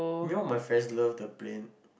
me and my friends love the plain